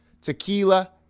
tequila